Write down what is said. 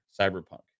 Cyberpunk